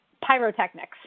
pyrotechnics